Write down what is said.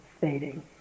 fading